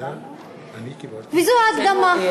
וזו הדגמה.